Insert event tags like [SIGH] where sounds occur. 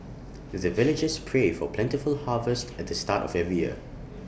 the [NOISE] villagers pray for plentiful harvest at the start of every year